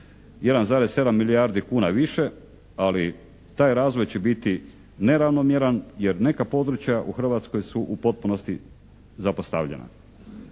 1,7 milijardi kuna više, ali taj razvoj će biti neravnomjeran jer neka područja u Hrvatskoj su u potpunosti zapostavljena.